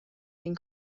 این